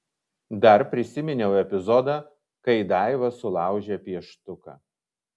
dar prisiminiau epizodą kai daiva sulaužė pieštuką